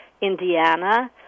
Indiana